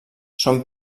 són